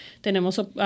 tenemos